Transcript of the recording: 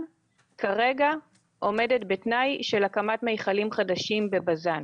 כרגע עומדת בתנאי של הקמת מכלים חדשים בבזן.